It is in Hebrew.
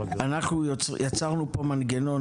אנחנו יצרנו פה מנגנון,